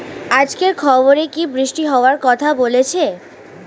আজকের খবরে কি বৃষ্টি হওয়ায় কথা বলেছে?